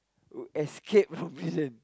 escaped from prison